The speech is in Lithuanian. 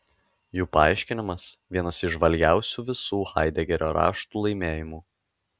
jų paaiškinimas vienas įžvalgiausių visų haidegerio raštų laimėjimų